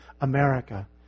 America